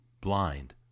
blind